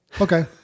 Okay